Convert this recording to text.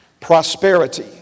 Prosperity